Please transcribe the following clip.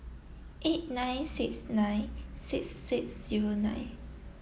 eight nine six nine six six zero nine